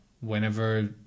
whenever